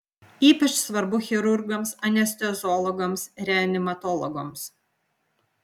ypač svarbu chirurgams anesteziologams reanimatologams